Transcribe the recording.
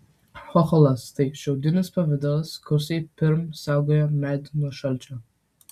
chocholas tai šiaudinis pavidalas kursai pirm saugojo medį nuo šalčio